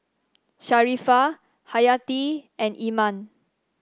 Sharifah Hayati and Iman